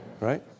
Right